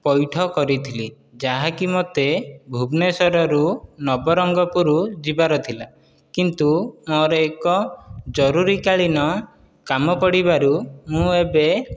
ପଇଠ କରିଥିଲି ଯାହାକି ମୋତେ ଭୁବନେଶ୍ଵରରୁ ନବରଙ୍ଗପୁର ଯିବାର ଥିଲା କିନ୍ତୁ ମୋର ଏକ ଜରୁରୀକାଳୀନ କାମ ପଡ଼ିବାରୁ ମୁଁ ଏବେ